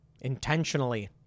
intentionally